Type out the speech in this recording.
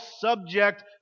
subject